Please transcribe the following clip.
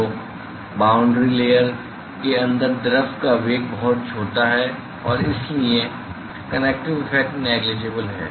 तो boundary layer के अंदर द्रव का वेग बहुत छोटा है और इसलिए convective effect convective effect negligible हैं